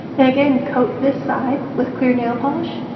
and again, coat this side with clear nail polish.